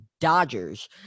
Dodgers